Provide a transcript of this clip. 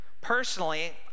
Personally